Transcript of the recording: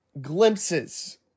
glimpses